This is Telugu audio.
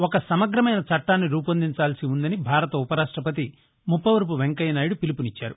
ఒక సమగ్రమైన చట్టాన్ని రూపొందించాల్సి ఉందని భారత ఉపరాష్టపతి ముప్పవరపు వెంకయ్యనాయుడు పిలుపునిచ్చారు